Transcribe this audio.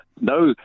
No